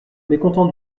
mécontent